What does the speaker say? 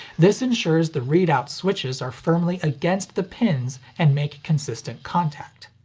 this ensures the readout switches are firmly against the pins and make consistent contact.